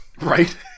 Right